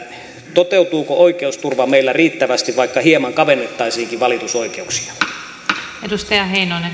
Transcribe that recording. toteutuuko oikeusturva meillä riittävästi vaikka hieman kavennettaisiinkin valitusoikeuksia